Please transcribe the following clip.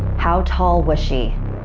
how tall was she?